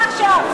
מה עכשיו?